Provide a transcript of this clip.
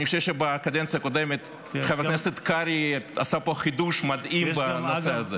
אני חושב שבקדנציה הקודמת חבר הכנסת קרעי עשה פה חידוש מדהים בנושא הזה.